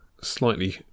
slightly